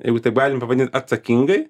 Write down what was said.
jeigu taip galim pabandyt atsakingai